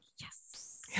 yes